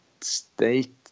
state